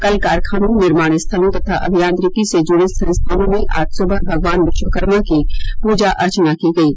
कल कारखानों निर्माण स्थलों तथा अभियंत्रिकी से जुड़े संस्थानों में आज सुबह भगवान विश्वकर्मा की पूजा अर्चना की गयी